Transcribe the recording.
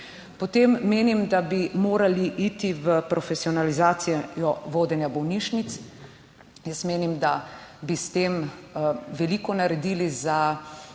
Potem menim, da bi morali iti v profesionalizacijo vodenja bolnišnic. Jaz menim, da bi s tem veliko naredili za